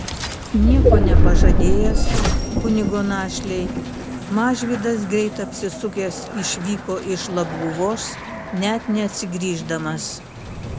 nieko nepažadėjęs kunigo našlei mažvydas greit apsisukęs išvyko iš labguvos net neatsigrįždamas